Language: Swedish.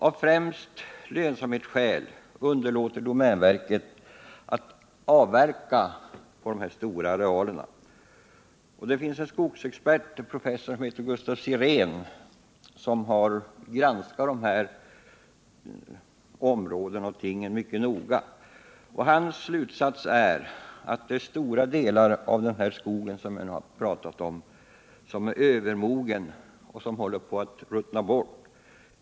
Av främst lönsamhetsskäl underlåter domänverket att avverka på dessa stora arealer. Skogsexperten professor Gustaf Sirén har granskat dessa områden mycket noga. Hans slutsats är att stora delar av den skog det här gäller är övermogen och håller på att ruttna bort.